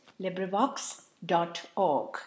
LibriVox.org